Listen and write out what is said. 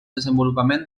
desenvolupament